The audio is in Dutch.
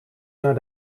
naar